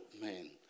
man